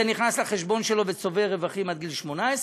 זה נכנס לחשבון שלו וצובר רווחים עד גיל 18,